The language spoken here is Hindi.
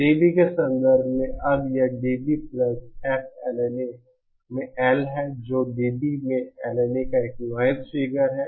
डीबी के संदर्भ में अब यह dB प्लस F LNA में L है जो dB में LNA का एक नॉइज़ फिगर है